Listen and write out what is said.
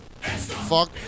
Fuck